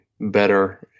better